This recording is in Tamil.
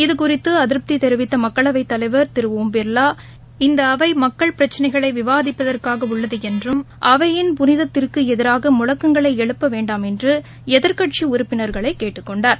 இது குறித்து அதிருப்தி தெரிவித்த மக்களவைத் தலைவர் திரு ஓம் பிர்லா இந்த அவை மக்கள் பிரக்சினைகளை விவாதிப்பதற்காக உள்ளது என்றும் அவையின் புனிதத்திற்கு எதிராக முழக்கங்களை எழுப்ப வேண்டாம் என்றும் எதிர்க்கட்சி உறுப்பினர்களை கேட்டுக் கொண்டார்